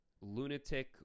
lunatic